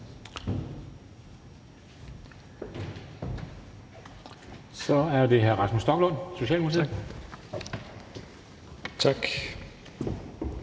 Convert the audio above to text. så er det hr. Rasmus Stoklund, Socialdemokratiet. Kl.